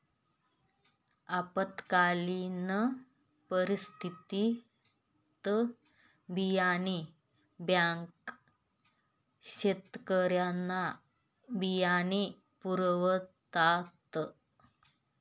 आपत्कालीन परिस्थितीत बियाणे बँका शेतकऱ्यांना बियाणे पुरवतात